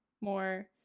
more